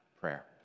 prayer